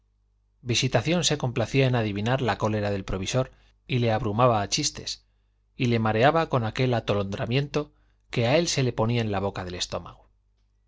visitación se complacía en adivinar la cólera del provisor y le abrumaba a chistes y le mareaba con aquel atolondramiento que a él se le ponía en la boca del estómago